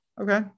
Okay